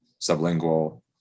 Sublingual